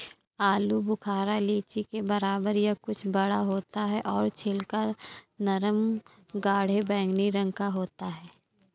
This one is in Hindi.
आलू बुखारा लीची के बराबर या कुछ बड़ा होता है और छिलका नरम गाढ़े बैंगनी रंग का होता है